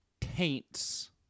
Taints